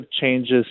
changes